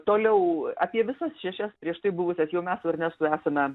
toliau apie visas šešias prieš tai buvusias jau mes su ernestu esame